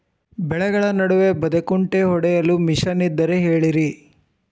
ಬೆಳೆಗಳ ನಡುವೆ ಬದೆಕುಂಟೆ ಹೊಡೆಯಲು ಮಿಷನ್ ಇದ್ದರೆ ಹೇಳಿರಿ